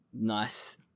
nice